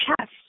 chest